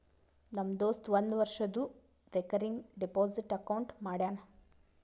ನಮ್ ದೋಸ್ತ ಒಂದ್ ವರ್ಷದು ರೇಕರಿಂಗ್ ಡೆಪೋಸಿಟ್ ಅಕೌಂಟ್ ಮಾಡ್ಯಾನ